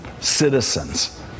citizens